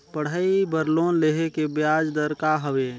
पढ़ाई बर लोन लेहे के ब्याज दर का हवे?